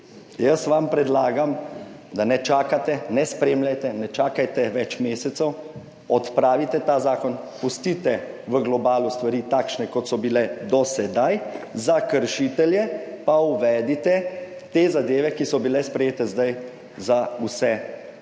Jaz vam predlagam, da ne čakajte, ne spremljajte, ne čakajte več mesecev, odpravite ta zakon, pustite v globalu stvari takšne, kot so bile do sedaj, za kršitelje pa uvedite te zadeve, ki so bile sprejete za vse